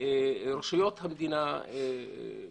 רשויות המדינה גם